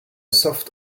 soft